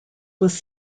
was